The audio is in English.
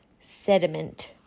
sediment